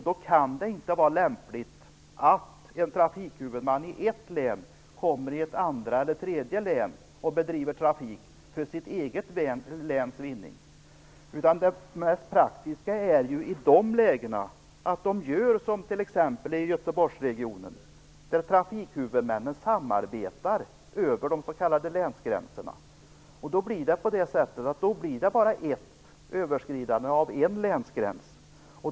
Då kan det inte vara lämpligt att en trafikhuvudman i ett län bedriver trafik i ett andra eller tredje län för sitt eget läns vinning. Det mest praktiska i de lägena är att man gör som t.ex. i Göteborgsregionen. Där samarbetar trafikhuvudmännen över de s.k. länsgränserna. Då blir det bara ett överskridande av en länsgräns.